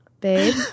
babe